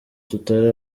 tutari